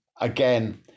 again